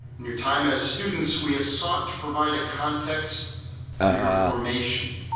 in your time as students, we have sought to provide a context for your formation.